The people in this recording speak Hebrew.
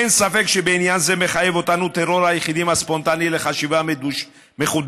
אין ספק שבעניין זה מחייב אותנו טרור היחידים הספונטני לחשיבה מחודשת.